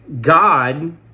god